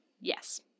Yes